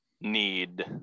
need